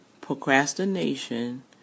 procrastination